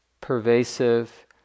pervasive